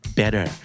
better